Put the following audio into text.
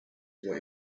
were